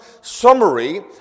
summary